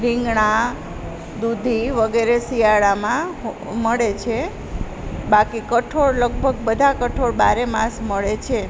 રીંગણાં દૂધી વગેરે શિયાળામાં મળે છે બાકી કઠોળ લગભગ બધા કઠોળ બારેમાસ મળે છે